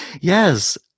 Yes